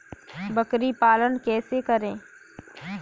बकरी पालन कैसे करें?